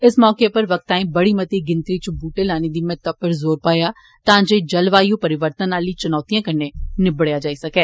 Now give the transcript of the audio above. इस मौके उप्पर वक्ताएं बड़ी मती गिनतरी इच बूटे लाने दी महत्ता उप्पर जोर पाया तां जे जलवायू परिवर्तन आली चुनौतिए कन्नै निबडेआ जाई सकै